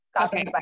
Okay